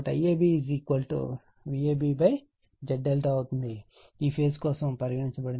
కాబట్టి IAB Vab Z∆ అవుతుంది ఈ ఫేజ్ కోసం పరిగణించబడింది